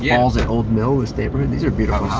yeah falls and olde mill, the state road these are beautiful